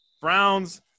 Browns